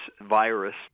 virus